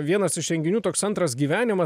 vienas iš renginių toks antras gyvenimas